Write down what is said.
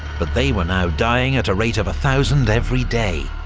but they were now dying at a rate of a thousand every day,